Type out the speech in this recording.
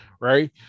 Right